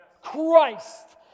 Christ